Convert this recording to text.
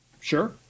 Sure